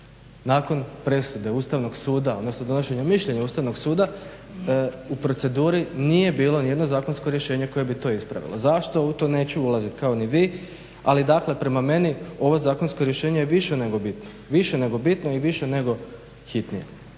nakon presude Ustavnog suda odnosno donošenja mišljenja Ustavnog suda u proceduri nije bilo nijedno zakonsko rješenje koje bi to ispravilo. Zašto? U to neću ulaziti kao ni vi ali dakle prema meni ovo zakonsko rješenje je više nego bitno i više nego hitnije.